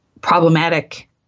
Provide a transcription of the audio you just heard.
problematic